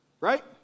Right